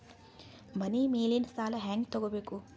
ಮನಿ ಮೇಲಿನ ಸಾಲ ಹ್ಯಾಂಗ್ ತಗೋಬೇಕು?